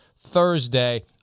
Thursday